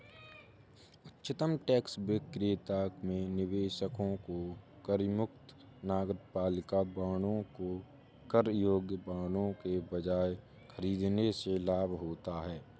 उच्चतम tax bracket में निवेशकों को करमुक्त नगरपालिका बांडों को कर योग्य बांडों के बजाय खरीदने से लाभ होता है